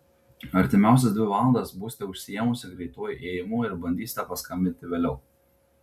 artimiausias dvi valandas būsite užsiėmusi greituoju ėjimu ir bandysite paskambinti vėliau